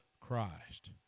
Christ